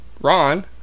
Ron